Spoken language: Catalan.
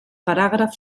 paràgraf